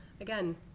again